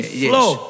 flow